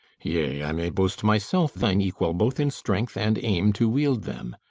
yea, i may boast myself thine equal both in strength and aim to wield them.